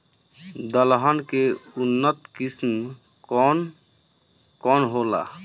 दलहन के उन्नत किस्म कौन कौनहोला?